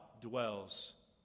dwells